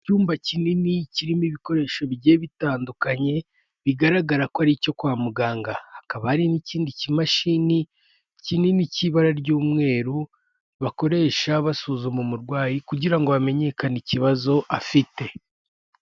Icyumba kinini kirimo ibikoresho bigiye bitandukanye, bigaragara ko ari icyo kwa muganga, hakaba hari n'ikindi kimashini kinini cy'ibara ry'umweru, bakoresha basuzuma umurwayi kugira ngo hamenyekane ikibazo afite.